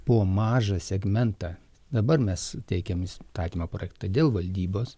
po mažą segmentą dabar mes teikiam įstatymo projektą dėl valdybos